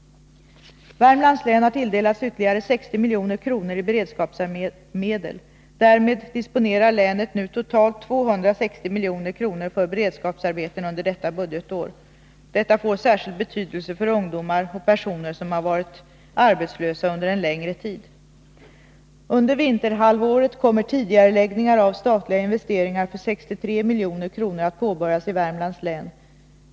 Värmlands län har tilldelats ytterligare 60 milj.kr. i beredskapsmedel. Därmed disponerar länet nu totalt 260 milj.kr. för beredskapsarbeten under detta budgetår. Detta får särskild betydelse för ungdomar och personer som har varit arbetslösa under en längre tid. Under vinterhalvåret kommer tidigareläggningar av statliga investeringar för 63 milj.kr. att påbörjas i Värmlands län.